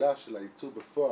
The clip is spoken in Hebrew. התחילה של הייצוא בפועל,